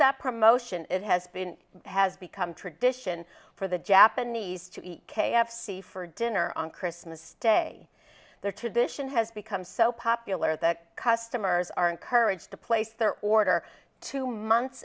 that promotion it has been has become tradition for the japanese to eat k f c for dinner on christmas day their tradition has become so popular that customers are encouraged to place their order two months